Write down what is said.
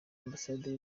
ambasade